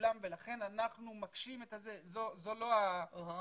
מכולם ולכן אנחנו מקשים את ה --- אוי ואבוי להם.